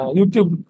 YouTube